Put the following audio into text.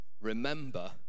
Remember